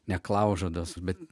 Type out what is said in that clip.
neklaužados bet